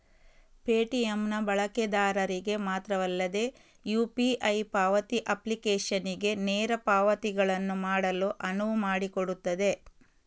Paytm ನ ಬಳಕೆದಾರರಿಗೆ ಮಾತ್ರವಲ್ಲದೆ ಯು.ಪಿ.ಐ ಪಾವತಿ ಅಪ್ಲಿಕೇಶನಿಗೆ ನೇರ ಪಾವತಿಗಳನ್ನು ಮಾಡಲು ಅನುವು ಮಾಡಿಕೊಡುತ್ತದೆ